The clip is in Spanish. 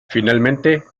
finalmente